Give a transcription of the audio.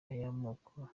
y’amoko